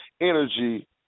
energy